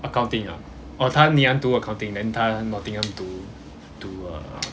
accounting ah orh 他 ngee ann 读 accounting then 他 nottingham 读读 uh